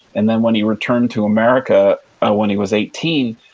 and then, when he returned to america ah when he was eighteen,